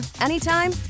anytime